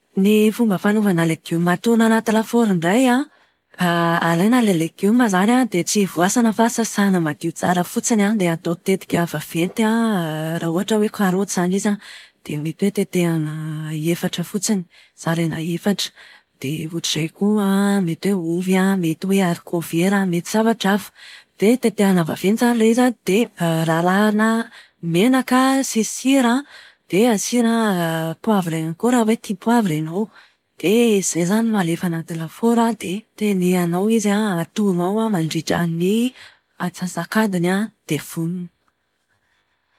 Ny fomba fanaovana legioma atono anaty lafaoro indray an, alaina ilay legioma izany an dia tsy voasana fa sasana madio tsara fotsiny an, dia atao tetika vaventy an raha ohatra hoe karaoty izany izy an, dia mety hoe tetehana efatra fotsiny. Zaraina efatra. Dia ohatr'izay koa mety hoe ovy an, mety hoe arikovera, mety zavatra hafa. Dia tetehana vaventy izany ilay izy an, dia rarahana menaka sy sira dia asiana poavra ihany koa raha hoe tia poavra ianao. Dia izay izany no alefa anaty lafaoro an dia tenehanao izy an, atono ao mandritra ny atsasak'adiny dia vonona.